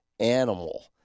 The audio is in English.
Animal